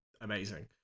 amazing